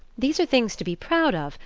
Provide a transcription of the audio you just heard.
these are things to be proud of,